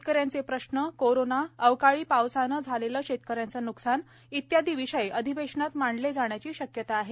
शेतकऱ्यांचे प्रश्न कोरोना अवकाळी पावसानं झालेले शेतकऱ्यांचे न्कसान आदी विषय अधिवेशनात मांडले जाण्याची शक्यता आहे